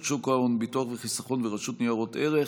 רשות שוק ההון, ביטוח וחיסכון ורשות ניירות ערך.